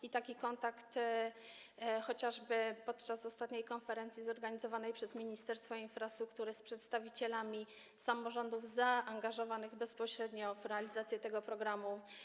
I taki kontakt mieliśmy chociażby podczas ostatniej konferencji zorganizowanej przez Ministerstwo Infrastruktury z przedstawicielami samorządów zaangażowanych bezpośrednio w realizację tego programu.